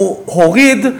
הוא הוריד,